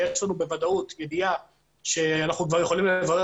שיש לנו בוודאות ידיעה שאנחנו כבר יכולים לברר